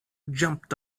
jumped